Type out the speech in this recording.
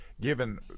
given